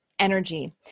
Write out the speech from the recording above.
energy